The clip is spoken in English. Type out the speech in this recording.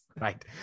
Right